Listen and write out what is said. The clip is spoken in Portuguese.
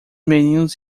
meninos